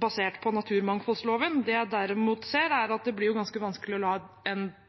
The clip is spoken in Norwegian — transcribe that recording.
basert på naturmangfoldloven. Det jeg derimot ser, er at det blir ganske vanskelig å la